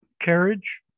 carriage